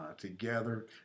together